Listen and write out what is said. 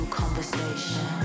conversation